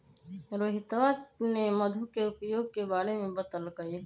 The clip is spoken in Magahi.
रोहितवा ने मधु के उपयोग के बारे में बतल कई